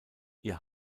ihr